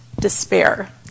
despair